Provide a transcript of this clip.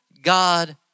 god